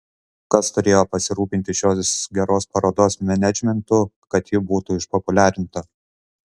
kas turėjo pasirūpinti šios geros parodos menedžmentu kad ji būtų išpopuliarinta